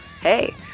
hey